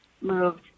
moved